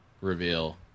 reveal